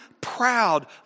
proud